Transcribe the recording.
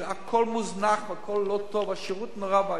והכול מוזנח והכול לא טוב והשירות נורא ואיום.